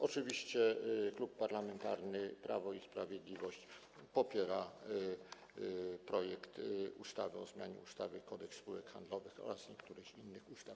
Oczywiście Klub Parlamentarny Prawo i Sprawiedliwość popiera projekt ustawy o zmianie ustawy Kodeks spółek handlowych oraz niektórych innych ustaw.